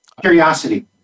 Curiosity